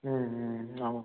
ம் ம் ஆமாம்